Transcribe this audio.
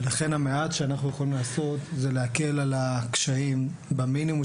ולכן המעט שאנחנו יכולים לעשות זה להקל על הקשיים במינימום